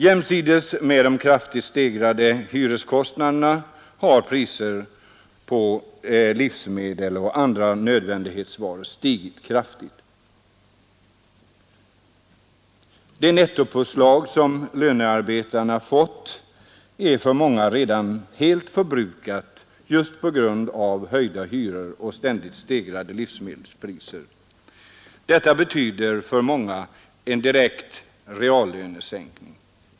Jämsides med de kraftigt stegrade hyreskostnaderna har priserna på livsmedel och andra nödvändighetsvaror stigit kraftigt. Det nettopåslag som lönearbetarna fått är för många redan helt förbrukat just på grund av höjda hyror och ständigt stegrade livsmedelspriser. Detta betyder för många direkta reallönesänkningar.